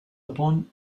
upon